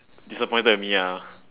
disappointed at me ah